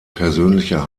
persönlicher